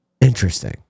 Interesting